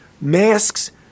masks